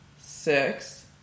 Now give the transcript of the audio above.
six